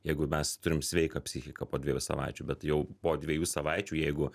jeigu mes turim sveiką psichiką po dviejų savaičių bet jau po dviejų savaičių jeigu